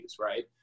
right